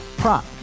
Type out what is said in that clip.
prop